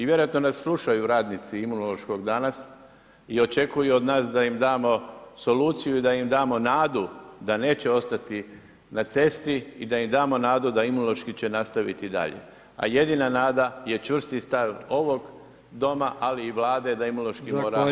I vjerojatno nas slušaju radnici Imunološkog danas i očekuju od nas da im damo soluciju i da im damo nadu da neće ostati na cesti i da im damo nadu da Imunološki će nastaviti i dalje, a jedina nada je čvrsti stav ovog Doma, ali i Vlade da Imunološki mora ostati dalje.